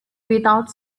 without